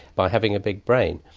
by having a big brain.